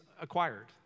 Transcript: acquired